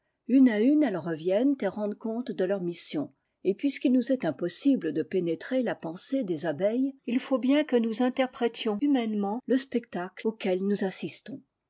une à une elles reviennent et rendent compte de leur mission et puisqu'il nous est impossible de pénétrer la pensée des abeilles il faut bien que nous interprétions humainement le spectacle auquel nous assistons